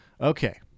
Okay